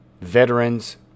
veterans